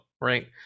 right